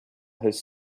his